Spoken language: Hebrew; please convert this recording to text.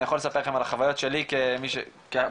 אני יכול לספר לכם על החוויות שלי כמי בתור